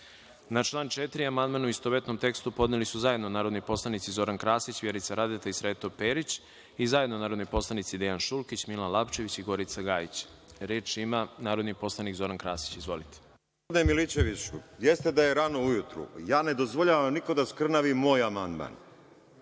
član 4. amandman u istovetnom tekstu podneli su zajedno narodni poslanici Zoran Krasić, Vjerica Radeta i Sreto Perić i zajedno narodni poslanici Dejan Šulkić, Milan Lapčević i Gorica Gajić. Reč ima narodni poslanik Zoran Krasić. Izvolite. **Zoran Krasić** Gospodine Milićeviću, jeste da je rano ujutru, ja ne dozvoljavam nikome da skrnavi moj amandman.